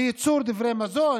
ייצור דברי מזון,